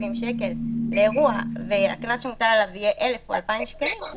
שקל לאירוע והקנס שמוטל עליו יהיה 1,000 או 2,000 שקלים,